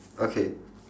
okay